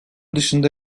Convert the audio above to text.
dışında